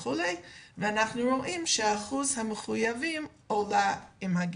ואנחנו רואים שאחוז החיוביים עולה עם הגיל.